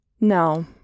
No